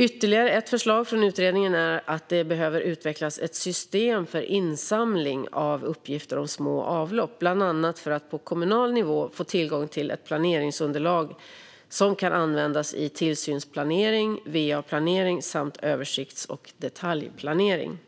Ytterligare ett förslag från utredningen handlar om att det behöver utvecklas ett system för insamling av uppgifter om små avlopp, bland annat för att på kommunal nivå få tillgång till ett planeringsunderlag som kan användas i tillsynsplanering, va-planering samt översikts och detaljplanering.